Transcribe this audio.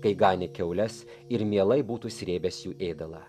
kai ganė kiaules ir mielai būtų srėbęs jų ėdalą